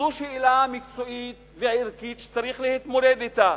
זו שאלה מקצועית וערכית שצריך להתמודד אתה.